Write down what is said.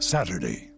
Saturday